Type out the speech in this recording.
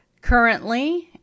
Currently